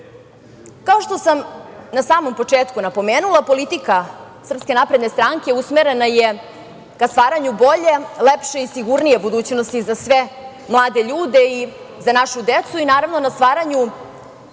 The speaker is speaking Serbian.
što sam na samom početku napomenula, politika SNS usmerena je ka stvaranju bolje, lepše i sigurnije budućnosti za sve mlade ljude i za našu decu i naravno na stvaranju